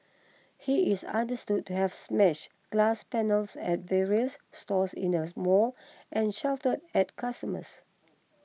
he is understood to have smashed glass panels at various stores in their small and shouted at customers